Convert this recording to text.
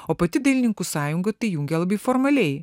o pati dailininkų sąjunga tai jungia labai formaliai